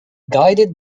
guided